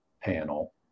panel